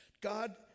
God